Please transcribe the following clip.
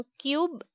cube